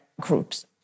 groups